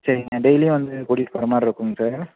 சரிங்க டெய்லி வந்து கூட்டிகிட்டு போகற மாரிருக்குங்க சார்